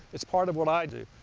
it's part of what i do.